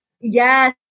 Yes